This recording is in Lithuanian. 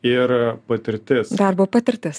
ir patirtis darbo patirtis